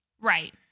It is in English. Right